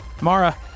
Mara